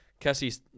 Kessie